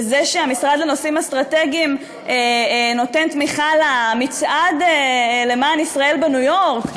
זה זה שהמשרד לנושאים אסטרטגיים נותן תמיכה למצעד למען ישראל בניו יורק?